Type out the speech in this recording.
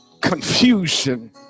confusion